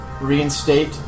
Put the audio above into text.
reinstate